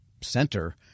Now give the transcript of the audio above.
center